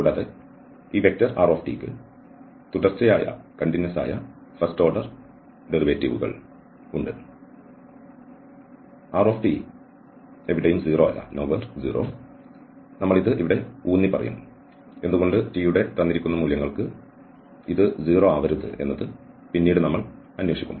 കൂടാതെ ഈ rt ക്ക് തുടർച്ചയായ ആദ്യ ഓർഡർ ഡെറിവേറ്റീവുകൾ ഉണ്ട് rt എവിടെയും 0 അല്ല നമ്മൾ ഇത് ഇവിടെ ഊന്നിപ്പറയും എന്തുകൊണ്ട് t യുടെ തന്നിരിക്കുന്ന മൂല്യങ്ങൾക്ക് ഇത് 0 ആവരുത് എന്നത് പിന്നീട് നമ്മൾ അന്വേഷിക്കും